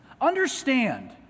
Understand